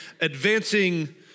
Advancing